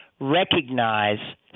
recognize